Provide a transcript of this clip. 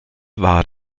war